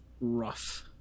rough